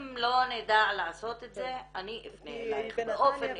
אם לא נדע לעשות את זה אני אפנה אליך באופן אישי.